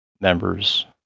members